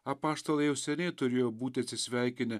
apaštalai jau seniai turėjo būti atsisveikinę